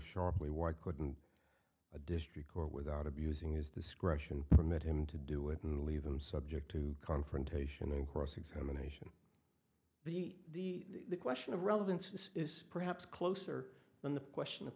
sharply why couldn't a district court without abusing his discretion permit him to do it and leave him subject to confrontation in cross examination the question of relevance is is perhaps closer than the question of